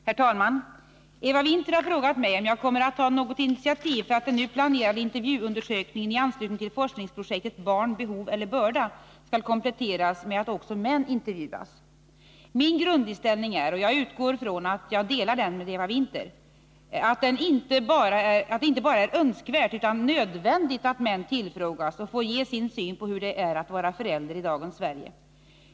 Herr talman! Eva Winther har frågat mig om jag kommer att ta något initiativ för att den nu planerade intervjuundersökningen i anslutning till forskningsprojektet ”Barn — behov eller börda?” skall kompletteras med att också män intervjuas. å Min grundinställning är — och jag utgår från att jag delar den med Eva Winther — att det inte bara är önskvärt utan nödvändigt att män tillfrågas och får ge sin syn på hur det är att vara förälder i dagens Sverige.